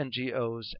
ngos